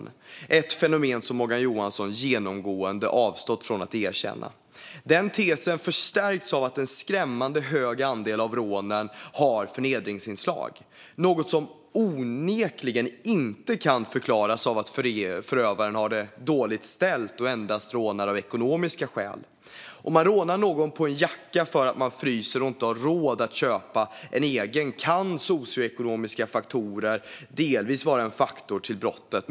Det är ett fenomen som Morgan Johansson genomgående har avstått från att erkänna. Tesen förstärks av att en skrämmande hög andel av rånen har förnedringsinslag. Det är något som onekligen inte kan förklaras av att förövaren har det dåligt ställt och endast rånar av ekonomiska skäl. Om man rånar någon på en jacka för att man fryser och inte har råd att köpa en egen kan socioekonomiska faktorer delvis vara en faktor till brottet.